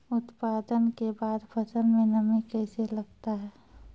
उत्पादन के बाद फसल मे नमी कैसे लगता हैं?